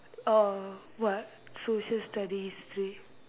orh what social studies history